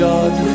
God